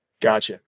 Gotcha